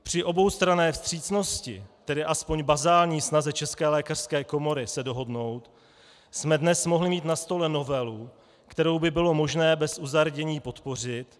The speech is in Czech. Při oboustranné vstřícnosti, tedy alespoň bazální snaze České lékařské komory se dohodnout, jsme dnes mohli mít na stole novelu, kterou by bylo možné bez uzardění podpořit.